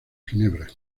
ginebra